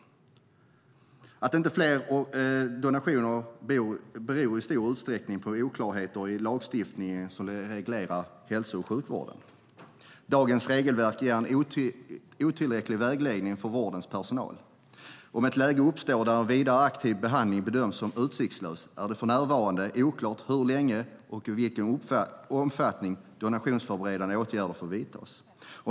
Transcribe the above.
Att det inte är fler donationer beror i stor utsträckning på oklarheter i den lagstiftning som reglerar hälso och sjukvården. Dagens regelverk ger en otillräcklig vägledning för vårdens personal. Om ett läge uppstår där vidare aktiv behandling bedöms som utsiktslös är det för närvarande oklart hur länge och i vilken omfattning donationsförberedande åtgärder får vidtas.